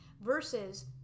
Versus